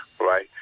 right